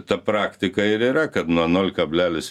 ta praktika ir yra kad nuo nol kablelis